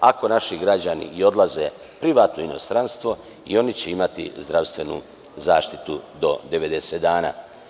Ako naši građani i odlaze privatno u inostranstvo i oni će imati zdravstvenu zaštitu do 90 dana.